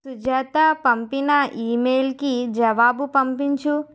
సుజాతా పంపిన ఈమెయిల్కి జవాబు పంపించు